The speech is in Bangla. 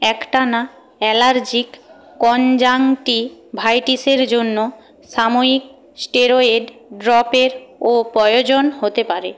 একটানা অ্যালার্জিক কনজাংক্টিভাইটিসের জন্য সাময়িক স্টেরয়েড ড্রপেরও প্রয়োজন হতে পারে